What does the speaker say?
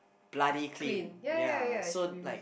bloody clean ya so like